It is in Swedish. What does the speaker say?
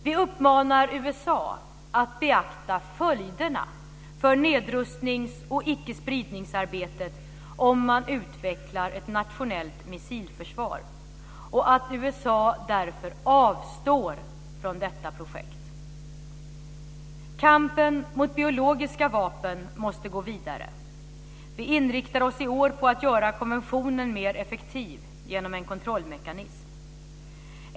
Vi uppmanar USA att beakta följderna för nedrustnings och ickespridningsarbetet om man utvecklar ett nationellt missilförsvar och att därför avstå från detta projekt. Kampen mot biologiska vapen måste gå vidare. Vi inriktar oss i år på att göra konventionen mer effektiv, genom en kontrollmekanism.